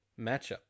matchup